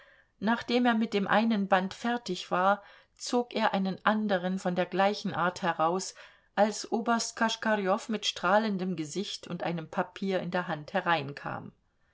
nachdem er mit dem einen band fertig war zog er einen andern von der gleichen art heraus als oberst koschkarjow mit strahlendem gesicht und einem papier in der hand hereinkam